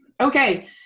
Okay